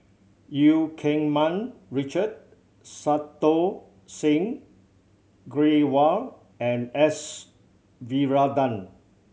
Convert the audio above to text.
Eu Keng Mun Richard Santokh Singh Grewal and S Varathan